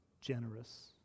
generous